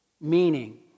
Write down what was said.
meaning